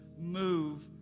move